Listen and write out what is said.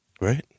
Right